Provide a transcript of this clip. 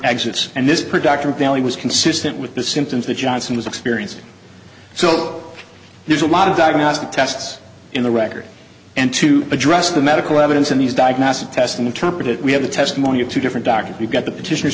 exits and this production value was consistent with the symptoms that johnson was experiencing so there's a lot of diagnostic tests in the records and to address the medical evidence in these diagnostic tests interpret it we have the testimony of two different doctors we've got the petitioners